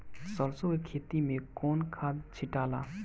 सरसो के खेती मे कौन खाद छिटाला?